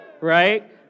right